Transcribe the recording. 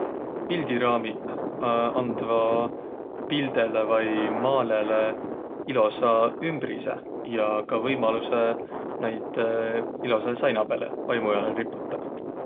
Pildiraamiq andvaq pildele vai maalõlõ ilosa ümbrise ja ka võimalusõ näid ilosahe saina pääle vai mujalõ riputaq.